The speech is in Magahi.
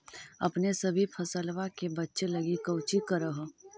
अपने सभी फसलबा के बच्बे लगी कौची कर हो?